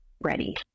ready